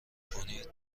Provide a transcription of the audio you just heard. کنید